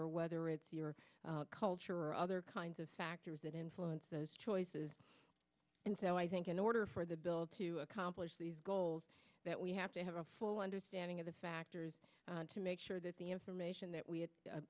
or whether it's your culture or other kinds of factors that influence those choices and so i think in order for the bill to accomplish these goals that we have to have a full understanding of the factors to make sure that the information